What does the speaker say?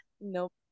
Nope